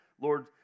Lord